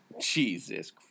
jesus